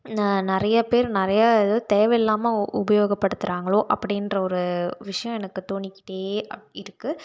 நான் நிறையா பேர் நிறையா இது தேவையில்லாமல் உபயோகப்படுத்துகிறாங்களோ அப்படீன்ற ஒரு விஷயம் எனக்கு தோணிக்கிட்டே இருக்குது